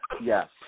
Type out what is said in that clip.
Yes